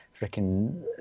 freaking